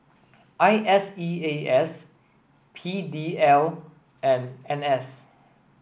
I S E A S P D L and N S